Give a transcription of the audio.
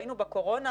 ראינו בקורונה,